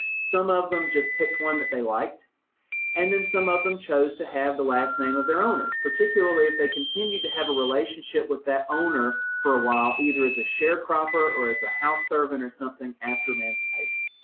some of them just picked one that they liked and then some of them chose to have the last name of their owners, particularly if they continued to have a relationship with that owner for a while, either as a sharecropper or as a house servant or something after emancipation.